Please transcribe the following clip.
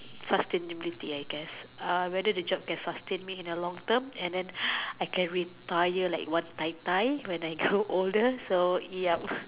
sustainability I guess uh whether the job can sustain me in the long term and then I can retire like one Tai-Tai when I grow older so yup